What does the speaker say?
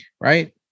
right